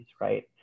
Right